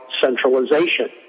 centralization